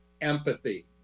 empathy